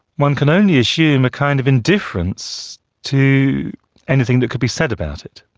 one could only assume a kind of indifference to anything that could be said about it.